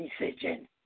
decision